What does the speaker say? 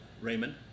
Raymond